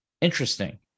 interesting